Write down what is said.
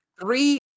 Three